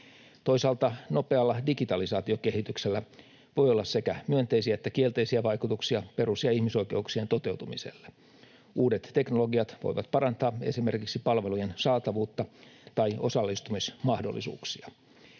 Toisaalta nopealla digitalisaatiokehityksellä voi olla sekä myönteisiä että kielteisiä vaikutuksia perus- ja ihmisoikeuksien toteutumiselle. Uudet teknologiat voivat parantaa esimerkiksi palvelujen saatavuutta tai osallistumismahdollisuuksia.